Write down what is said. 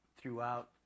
throughout